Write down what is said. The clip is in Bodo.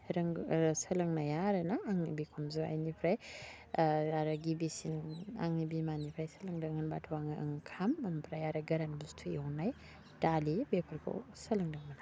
रों सोलोंनाया आरोना आं बिखुनजो आइनिफ्राय आरो गिबिसिन आंनि बिमानिफ्राय सोलोंदों होनबाथ' आङो ओंखाम ओमफ्राय गोरान बुस्थु एवनाय दालि बेफोरखौ सोलोंदोंमोन आरो